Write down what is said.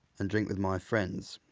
and drink with my friends.